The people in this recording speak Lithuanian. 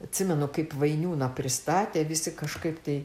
atsimenu kaip vainiūną pristatė visi kažkaip tai